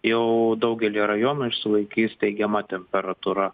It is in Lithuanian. jau daugelyje rajonų išsilaikys teigiama temperatūra